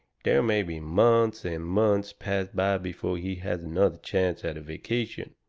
there may be months and months pass by before he has another chance at a vacation.